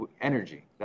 Energy